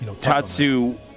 Tatsu